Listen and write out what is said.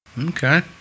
Okay